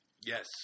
Yes